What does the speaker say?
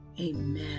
Amen